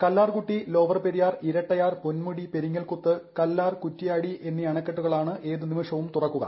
Kallarkutty lower Periyar Irattayar Ponmudi Peringalkuthu Kallar Kuttiadi എന്നീ അണക്കെട്ടുകളാണ് ഏത് നിമിഷവും തുറക്കുക